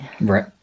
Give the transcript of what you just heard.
Right